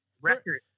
record